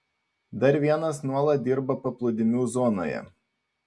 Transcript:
dar vienas nuolat dirba paplūdimių zonoje